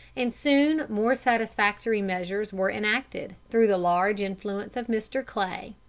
and soon more satisfactory measures were enacted, through the large influence of mr. clay.